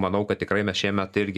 manau kad tikrai mes šiemet irgi